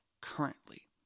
currently